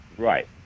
right